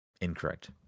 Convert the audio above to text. Incorrect